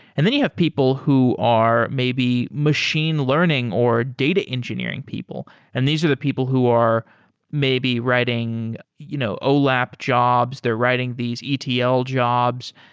and then you have people who are maybe machine learning or data engineering people, and these are the people who are maybe writing you know olap jobs. they're writing these etl jobs.